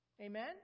Amen